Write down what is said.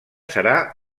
serà